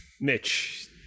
Mitch